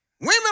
Women